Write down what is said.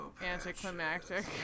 anticlimactic